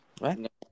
right